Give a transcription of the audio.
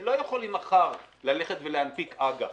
לא יכולים מחר להנפיק אג"ח.